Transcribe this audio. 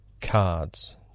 cards